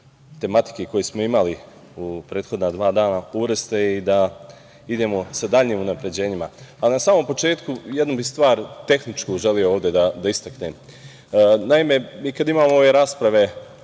tematike koju smo imali u prethodna dva dana uvrste i da idemo sa daljim unapređenjima. Na samom početku, jednu bih stvar tehničku želeo ovde da istaknem. Naime, i kad imamo ove rasprave